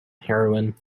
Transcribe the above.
heroine